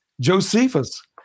Josephus